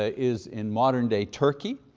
ah is in modern-day turkey.